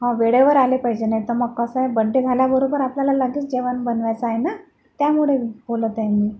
हां वेळेवर आले पाहिजे नाही तर मग कसं आहे बड्डे झाल्याबरोबर आपल्याला लगेच जेवण बनवायचं आहे ना त्यामुळे बोलत आहे मी